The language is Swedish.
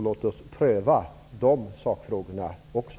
Låt oss pröva även dessa.